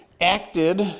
acted